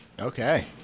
Okay